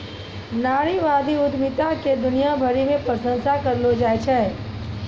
नारीवादी उद्यमिता के दुनिया भरी मे प्रशंसा करलो जाय छै